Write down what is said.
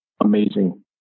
amazing